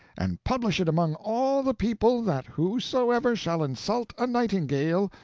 and publish it among all the people that whosoever shall insult a nightingale,